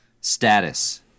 status